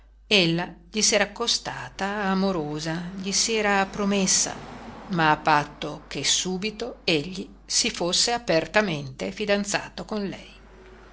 ella gli s'era accostata amorosa gli s'era promessa ma a patto che subito egli si fosse apertamente fidanzato con lei